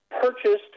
purchased